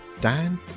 Dan